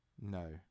No